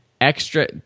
extra